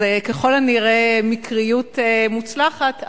אז ככל הנראה מקריות מוצלחת,